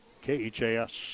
K-H-A-S